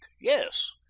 yes